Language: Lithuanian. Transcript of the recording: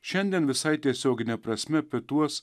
šiandien visai tiesiogine prasme apie tuos